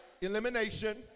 elimination